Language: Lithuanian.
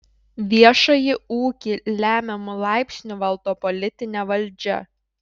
viešąjį ūkį lemiamu laipsniu valdo politinė valdžia